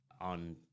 on